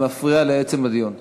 זה מפריע לעצם הדיון.